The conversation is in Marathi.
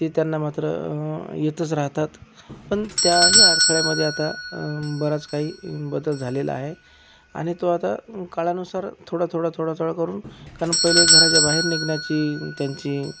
ते त्यांना मात्र येतच राहतात पण त्याही अडथळ्यामध्ये आता बराच काही बदल झालेला आहे आणि तो आता काळानुसार थोडा थोडा थोडा थोडा करून कारण पहिले घराच्या बाहेर निघण्याची त्यांची